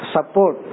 Support